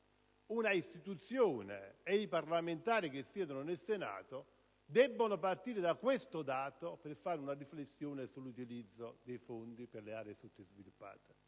una istituzione e i parlamentari che siedono nel Senato debbano partire da questo dato per fare una riflessione sull'utilizzo dei fondi per le aree sottoutilizzate.